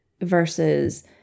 versus